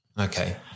Okay